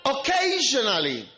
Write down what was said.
Occasionally